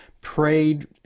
prayed